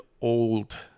old